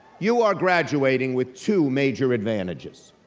you are graduating with two major advantages.